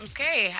Okay